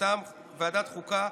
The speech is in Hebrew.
מטעם ועדת חוקה,